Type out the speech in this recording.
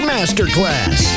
Masterclass